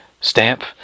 Stamp